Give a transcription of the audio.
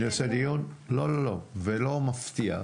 אני עושה דיון ולא מפתיע.